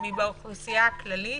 מאשר באוכלוסייה הכללית